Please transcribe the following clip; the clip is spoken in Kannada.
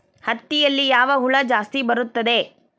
ಹತ್ತಿಯಲ್ಲಿ ಯಾವ ಹುಳ ಜಾಸ್ತಿ ಬರುತ್ತದೆ?